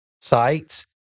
sites